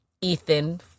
Ethan